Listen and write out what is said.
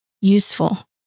useful